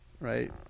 right